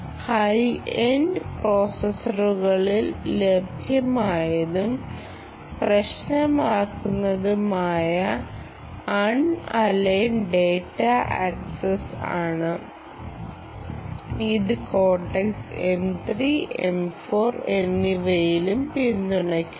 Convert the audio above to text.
high end പ്രോസസ്സറുകളിൽ ലഭ്യമായതും പ്രശ്നമാക്കുന്നതുമായ അൺ അലൈൻഡ് ഡാറ്റ ആക്സസ് ആണ് ഇത് കോർടെക്സ് M3 M4 എന്നിവയിലും പിന്തുണയ്ക്കുന്നു